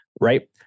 Right